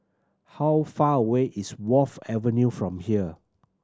how far away is Wharf Avenue from here